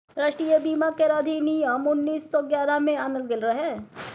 राष्ट्रीय बीमा केर अधिनियम उन्नीस सौ ग्यारह में आनल गेल रहे